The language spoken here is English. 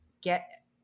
get